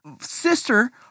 sister